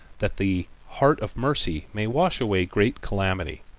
that the heart of mercy may wash away great calamity,